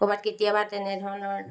ক'ৰবাত কেতিয়াবা তেনেধৰণৰ